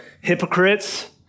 hypocrites